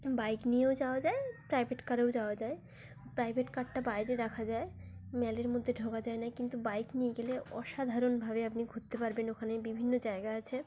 bike নিয়েও যাওয়া যায় প্রাইভেট কারেও যাওয়া যায় প্রাইভেট কারটা বাইরে রাখা যায় ম্যালের মধ্যে ঢোকা যায় না কিন্তু বাইক নিয়ে গেলে অসাধারণভাবে আপনি ঘুরতে পারবেন ওখানে বিভিন্ন জায়গা আছে